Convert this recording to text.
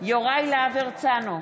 יוראי להב הרצנו,